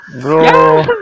Bro